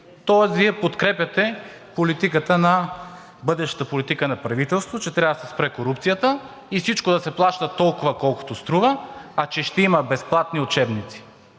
Тоест Вие подкрепяте бъдещата политика на правителството, че трябва да се спре корупцията и всичко да се плаща толкова, колкото струва. А че ще има безплатни учебници,